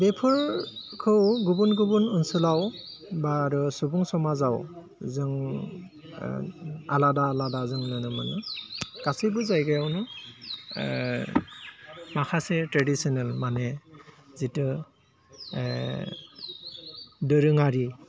बेफोरखौ गुबुन गुबुन ओनसोलाव बाह आरो सुबुं समाजाव जों आलादा आलादा जों नुनो मोनो गासैबो जायगायावनो माखासे ट्रेडिस्नेल माने जिथु दोरोङारि